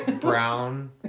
brown